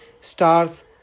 stars